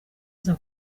aza